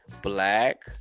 Black